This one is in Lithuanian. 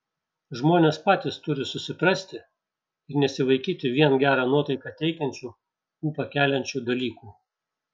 žmonės patys turi susiprasti ir nesivaikyti vien gerą nuotaiką teikiančių ūpą keliančių dalykų